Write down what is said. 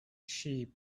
sheep